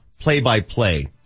play-by-play